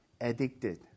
addicted